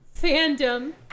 fandom